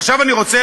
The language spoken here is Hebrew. ועכשיו אני רוצה